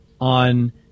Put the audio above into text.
on